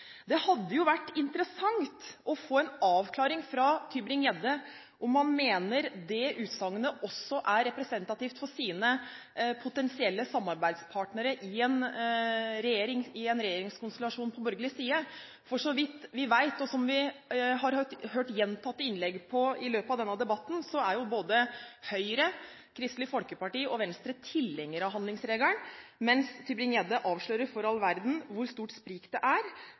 Det hadde vært interessant å få en avklaring fra Tybring-Gjedde på om han mener det utsagnet også er representativt for sine potensielle samarbeidspartnere i en regjeringskonstellasjon på borgerlig side. Så vidt vi vet, og som vi har hørt gjentatt i innlegg i løpet av denne debatten, er både Høyre, Kristelig Folkeparti og Venstre tilhengere av handlingsregelen, mens Tybring-Gjedde avslører for all verden hvor stort sprik det er.